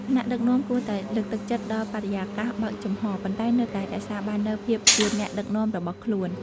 ថ្នាក់ដឹកនាំគួរតែលើកទឹកចិត្តដល់បរិយាកាសបើកចំហរ ប៉ុន្តែនៅតែរក្សាបាននូវភាពជាអ្នកដឹកនាំរបស់ខ្លួន។